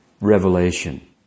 Revelation